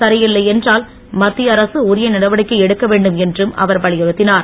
சரியில்லை என்றுல் மத்திய அரசு உரிய நடவடிக்கை எடுக்கவேண்டும் என்றும் அவர் வலியுறுத்தினர்